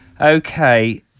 Okay